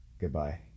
goodbye